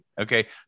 Okay